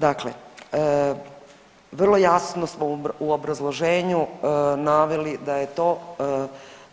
Dakle, vrlo jasno smo u obrazloženju naveli da je to